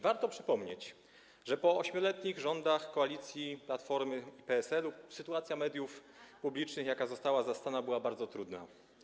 Warto przypomnieć, że po 8-letnich rządach koalicji Platformy i PSL-u sytuacja mediów publicznych, jaką zastano, była bardzo trudna.